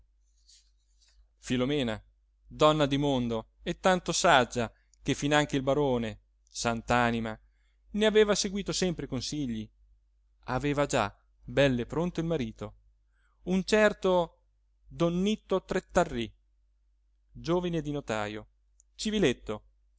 filomena donna di mondo e tanto saggia che finanche il barone sant'anima ne aveva seguito sempre i consigli aveva già bell'e pronto il marito un certo don nitto trettarì giovine di notajo civiletto di